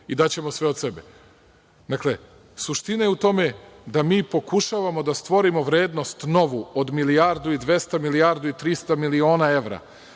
i daćemo sve od sebe. Suština je u tome da mi pokušavamo da stvorimo vrednost novu od milijardu i 200, milijardu i 300 miliona evra,